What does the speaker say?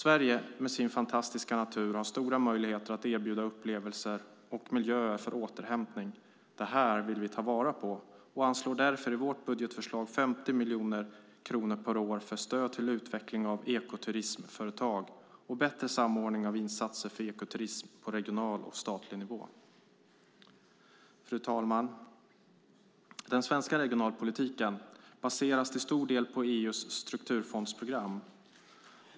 Sverige med sin fantastiska natur har stora möjligheter att erbjuda upplevelser och miljöer för återhämtning. Det här vill vi ta vara på och anslår därför i vårt budgetförslag 50 miljoner kronor per år för stöd till utveckling av ekoturismföretag och bättre samordning av insatser för ekoturism på regional och statlig nivå. Fru talman! Den svenska regionalpolitiken baseras till stor del på EU:s strukturfondsprogram.